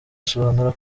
asobanura